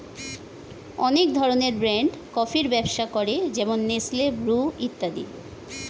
অনেক ধরনের ব্র্যান্ড কফির ব্যবসা করে যেমন নেসলে, ব্রু ইত্যাদি